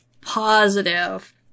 positive